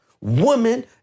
Woman